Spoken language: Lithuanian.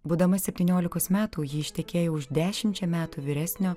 būdama septyniolikos metų ji ištekėjo už dešimčia metų vyresnio